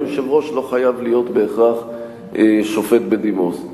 היושב-ראש לא חייב להיות בהכרח שופט בדימוס.